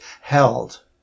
held